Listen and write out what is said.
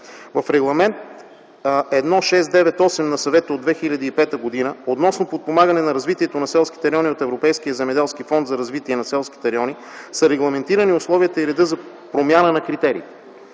В Регламент 1698 на Съвета от 2005 г. относно подпомагане на развитието на селските райони от Европейския земеделски фонд за развитие на селските райони са регламентирани условията и реда за промяна на критериите.